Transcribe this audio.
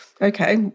okay